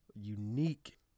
unique